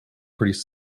pretty